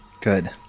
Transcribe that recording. Good